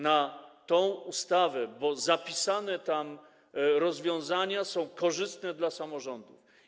na tę ustawę, bo zapisane tam rozwiązania są korzystne dla samorządów.